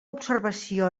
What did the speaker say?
observació